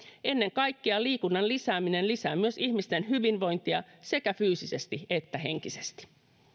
ennen kaikkea liikunnan lisääminen lisää myös ihmisten hyvinvointia sekä fyysisesti että henkisesti